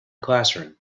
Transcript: classroom